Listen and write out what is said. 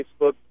facebook